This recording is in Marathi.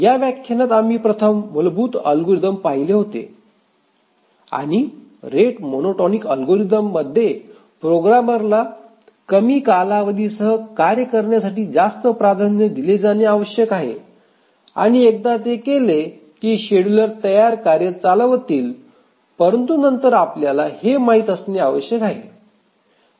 या व्याख्यानात आम्ही प्रथम मूलभूत अल्गोरिदम पाहिले होते आणि रेट मोनोटोनिक अल्गोरिदम मध्ये प्रोग्रामरला कमी कालावधीसह कार्य करण्यासाठी जास्त प्राधान्य दिले जाणे आवश्यक आहे आणि एकदा ते केले की शेड्युलर तयार कार्य चालवतील परंतु नंतर आपल्याला हे माहित असणे आवश्यक आहे